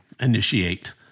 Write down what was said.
initiate